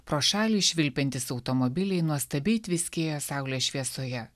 pro šalį švilpiantys automobiliai nuostabiai tviskėjo saulės šviesoje